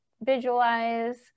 visualize